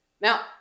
Now